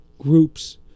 groups